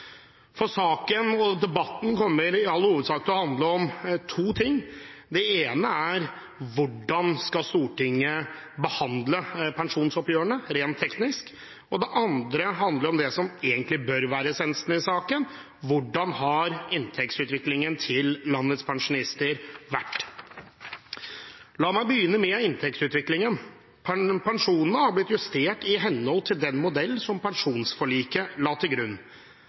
debatten – kommer i all hovedsak til å handle om to ting: Det ene er hvordan Stortinget skal behandle pensjonsoppgjørene, rent teknisk. Det andre handler om det som egentlig bør være essensen i saken, nemlig hvordan inntektsutviklingen til landets pensjonister har vært. La meg begynne med inntektsutviklingen. Pensjonene har blitt justert i henhold til den modell som pensjonsforliket la til grunn.